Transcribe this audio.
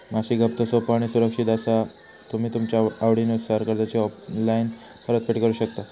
मासिक हप्तो सोपो आणि सुरक्षित असा तुम्ही तुमच्या आवडीनुसार कर्जाची ऑनलाईन परतफेड करु शकतास